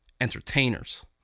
entertainers